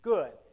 Good